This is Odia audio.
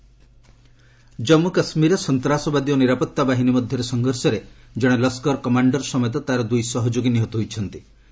କେକେ ଟେରରିଷ୍ଟ କିଲ୍ଡ୍ ଜନ୍ମୁ କାଶ୍ମୀରରେ ସନ୍ତାସବାଦୀ ଓ ନିରାପତ୍ତା ବାହିନୀ ମଧ୍ୟରେ ସଂଘର୍ଷରେ ଜଣେ ଲସ୍କର କମାଣ୍ଡର ସମେତ ତା'ର ଦୁଇ ସହଯୋଗୀ ନିହତ ହୋଇଛନ୍ତି